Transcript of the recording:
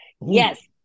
Yes